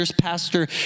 Pastor